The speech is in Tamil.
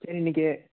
சரி இன்றைக்கு